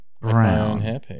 Brown